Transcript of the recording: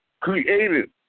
created